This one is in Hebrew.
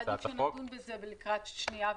אולי עדיף שנדון בזה לקראת הקריאה השנייה והשלישית.